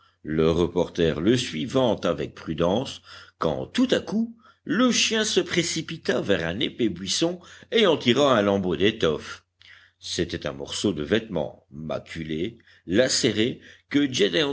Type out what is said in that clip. le reporter le suivant avec prudence quand tout à coup le chien se précipita vers un épais buisson et en tira un lambeau d'étoffe c'était un morceau de vêtement maculé lacéré que